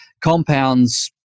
compounds